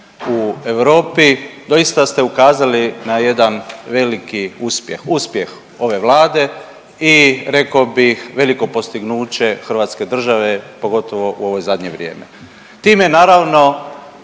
u Europi doista ste ukazali na jedan veliki uspjeh. Uspjeh ove Vlade i rekao bih veliko postignuće hrvatske države pogotovo u ovo zadnje vrijeme. Time naravno